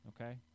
okay